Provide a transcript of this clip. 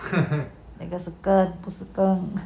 那个是根不是羹